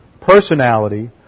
personality